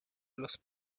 los